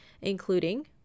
including